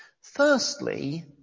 Firstly